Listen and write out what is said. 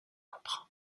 emprunt